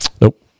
Nope